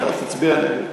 אז תצביע נגד.